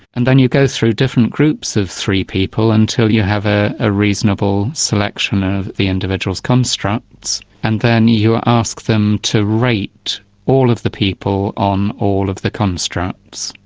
and then you go through different groups of three people until you have a ah reasonable selection of the individual's constructs, and then you ask them to rate all of the people on all of the constructs,